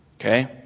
Okay